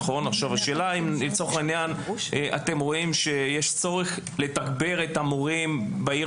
אם אתם רואים שיש צורך לתגבר את המורים בעיר